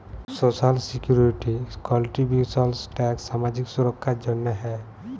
social security contributions tax সামাজিক সুরক্ষার জ্যনহে হ্যয়